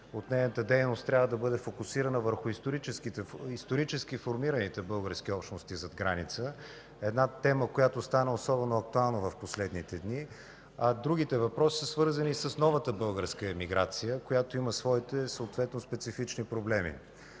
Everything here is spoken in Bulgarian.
от нейната дейност трябва да бъде фокусирана върху исторически формираните български общности зад граница –тема, която стана особено актуална в последните дни. Другите въпроси са свързани с новата българска емиграция, която има своите специфични проблеми.